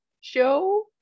show